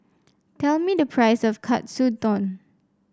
tell me the price of Katsudon